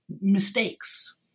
mistakes